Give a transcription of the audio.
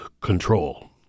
control